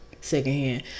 secondhand